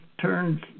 turns